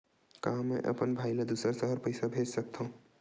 का मैं अपन भाई ल दुसर शहर पईसा भेज सकथव?